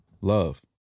love